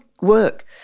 work